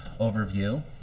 overview